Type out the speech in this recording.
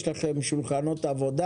האם יש לכם דיבור ושולחנות עבודה?